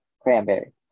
cranberry